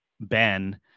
Ben